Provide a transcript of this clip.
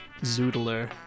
zoodler